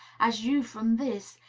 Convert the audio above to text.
as you from this,